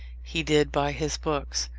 he did by his books.